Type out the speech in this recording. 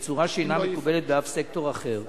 בצורה שאינה מקובלת באף סקטור אחר,